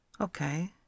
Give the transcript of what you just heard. Okay